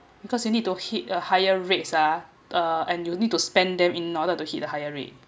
because you need to hit a higher rates ah uh and you need to spend them in order to hit a higher rate